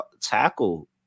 tackle